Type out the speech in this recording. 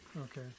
Okay